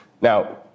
Now